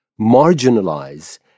marginalize